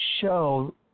show